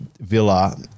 villa